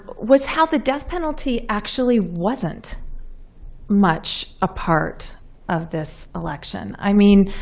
was how the death penalty actually wasn't much a part of this election. i mean